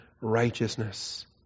righteousness